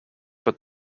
but